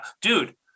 Dude